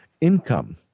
income